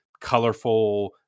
colorful